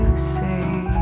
say